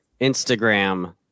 Instagram